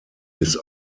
his